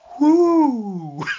woo